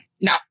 no